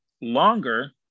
longer